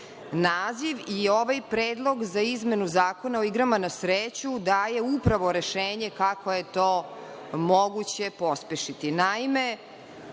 naziv. Ovaj predlog za izmenu Zakona o igrama na sreću daje upravo rešenje kako je to moguće pospešiti. Naime,